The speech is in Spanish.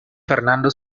fernando